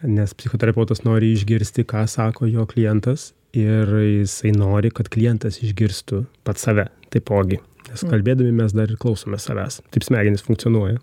nes psichoterapeutas nori išgirsti ką sako jo klientas ir jisai nori kad klientas išgirstų pats save taipogi nes kalbėdami mes dar ir klausomės savęs taip smegenys funkcionuoja